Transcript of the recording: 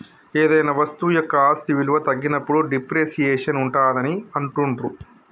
ఏదైనా వస్తువు యొక్క ఆస్తి విలువ తగ్గినప్పుడు డిప్రిసియేషన్ ఉంటాదని అంటుండ్రు